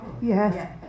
Yes